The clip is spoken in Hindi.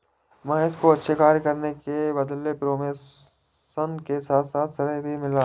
महेश को अच्छे कार्य करने के बदले प्रमोशन के साथ साथ श्रेय भी मिला